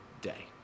day